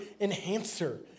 enhancer